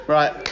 Right